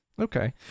Okay